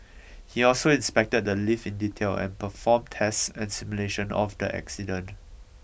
he also inspected the lift in detail and performed tests and simulations of the accident